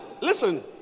listen